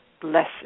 Blessed